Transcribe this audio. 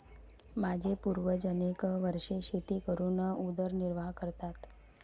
माझे पूर्वज अनेक वर्षे शेती करून उदरनिर्वाह करतात